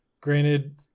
granted